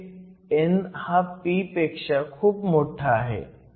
इथे n हा p पेक्षा खूप मोठा आहे